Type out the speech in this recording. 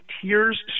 tears